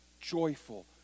joyful